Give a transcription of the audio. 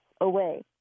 away